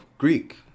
Greek